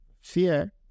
Fear